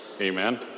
Amen